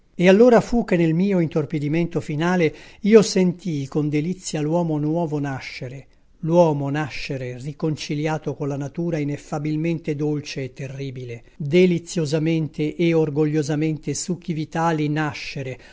e allora fu che nel canti orfici dino campana mio intorpidimento finale io sentii con delizia l'uomo nuovo nascere l'uomo nascere riconciliato colla natura ineffabilmente dolce e terribile deliziosamente e orgogliosamente succhi vitali nascere